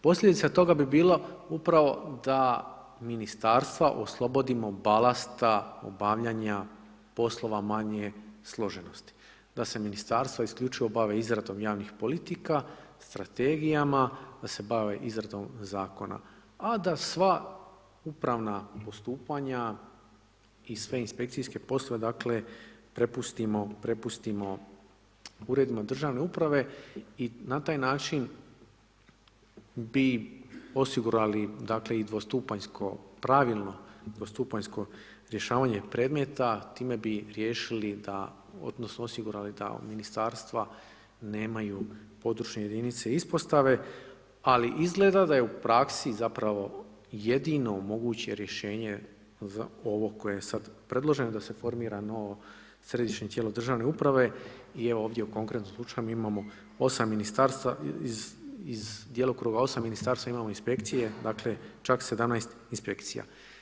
Posljedica toga bi bilo upravo da Ministarstva oslobodimo balasta obavljanja poslova manje složenosti, da se Ministarstva isključivo bave izradom javnih politika, strategijama, da se bave izradom Zakona, a da sva upravna postupanja i sve inspekcijske poslove, dakle, prepustimo Uredima državne uprave i na taj način bi osigurali, dakle, i dvostupanjsko pravilno, dvostupanjsko rješavanje predmeta, time bi riješili da odnosno osigurali da Ministarstva nemaju područne jedinice ispostave, ali izgleda da je u praksi jedino moguće rješenje ovo koje je sada predloženo da se formira novo Središnje tijelo državne uprave i evo, ovdje u konkretnom slučaju, mi imamo 8 Ministarstava, iz djelokruga 8 Ministarstava imamo Inspekcije, dakle, čak 17 Inspekcija.